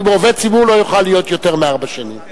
אם עובד ציבור לא יוכל להיות יותר מארבע שנים.